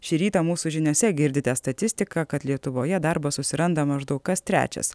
šį rytą mūsų žiniose girdite statistiką kad lietuvoje darbo susiranda maždaug kas trečias